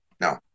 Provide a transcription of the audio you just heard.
no